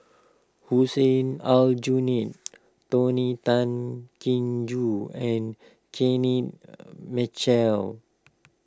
Hussein Aljunied Tony Tan Keng Joo and Kenneth Mitchell